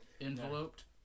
Enveloped